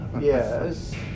Yes